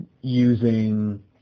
using